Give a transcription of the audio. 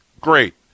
Great